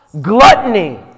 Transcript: gluttony